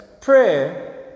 Prayer